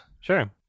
Sure